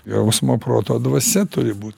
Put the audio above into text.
jausmo proto dvasia turi būt